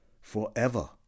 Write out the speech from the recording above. Forever